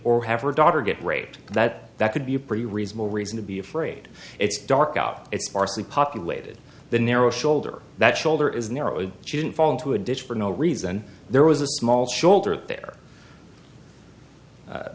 or have her daughter get raped that that could be a pretty reasonable reason to be afraid it's dark out it's sparsely populated the narrow shoulder that shoulder is narrow she didn't fall into a ditch for no reason there was a small shoulder there